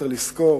צריך לזכור